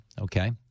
Okay